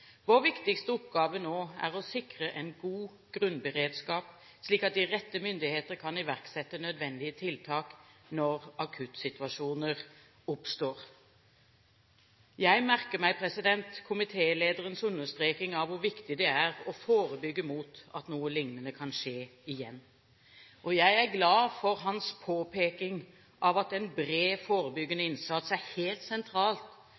Vår viktigste oppgave nå er å sikre en god grunnberedskap, slik at de rette myndigheter kan iverksette nødvendige tiltak når akuttsituasjoner oppstår. Jeg merker meg komitélederens understreking av hvor viktig det er å forebygge at noe